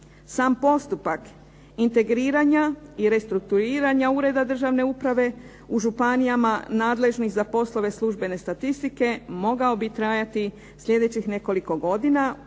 Sam postupak integriranja i restrukturiranja ureda državne uprave u županijama nadležnih za poslove službene statistike mogao bi trajati sljedećih nekoliko godina